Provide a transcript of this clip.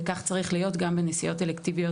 וכך צריך להיות גם בנסיעות אלקטיביות